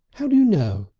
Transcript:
how do you know?